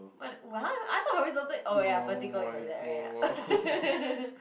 what I I thought horizontal oh ya vertical is like that right